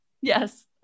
yes